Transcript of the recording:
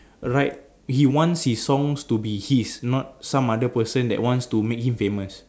write he wants his songs to be his not some other person that wants to make him famous